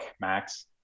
Max